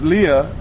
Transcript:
Leah